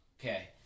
Okay